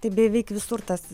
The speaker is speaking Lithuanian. tai beveik visur tas